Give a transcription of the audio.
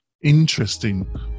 interesting